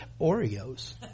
Oreos